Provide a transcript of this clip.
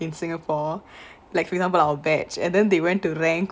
in singapore like for example our badge and then they went to rank